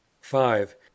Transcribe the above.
five